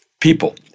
people